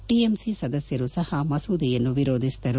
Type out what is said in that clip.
TMC ಸದಸ್ಯರು ಸಹ ಮಸೂದೆಯನ್ನು ವಿರೋಧಿಸಿದರು